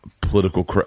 political